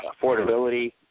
affordability